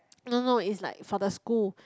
no no is like for the school